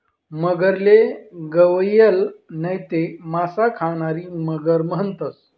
मगरले गविअल नैते मासा खानारी मगर म्हणतंस